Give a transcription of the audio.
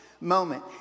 moment